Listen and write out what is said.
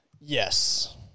Yes